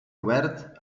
obert